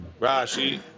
Rashi